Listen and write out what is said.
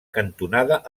cantonada